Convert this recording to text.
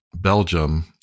Belgium